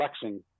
flexing